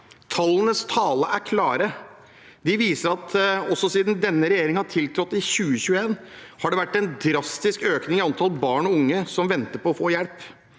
Tallenes tale er klar. De viser at siden denne regjeringen tiltrådte i 2021, har det vært en drastisk økning i antall barn og unge som venter på å få hjelp.